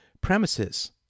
premises